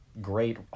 great